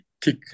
kick